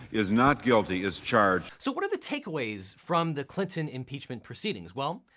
is not guilty as charged. so what are the takeaways from the clinton impeachment proceedings? well,